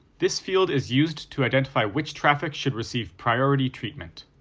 this field is used to identify which traffic should receive priority treatment.